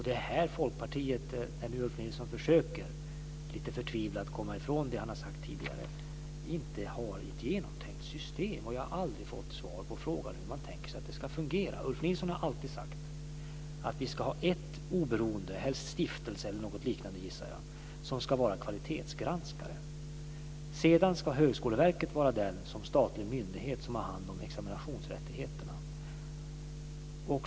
Det är här som Ulf Nilsson lite förtvivlat försöker att komma ifrån det som han har sagt tidigare. Han har inget genomtänkt system, och jag har aldrig fått svar på frågan hur han tänker sig att det ska fungera. Ulf Nilsson har alltid sagt att det ska finnas ett oberoende organ - helst stiftelse eller något liknande, gissar jag - som ska vara kvalitetsgranskare. Sedan ska Högskoleverket vara den statliga myndighet som har hand om examinationsrättigheterna.